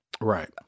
Right